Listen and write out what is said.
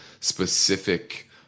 specific